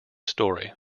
story